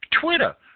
Twitter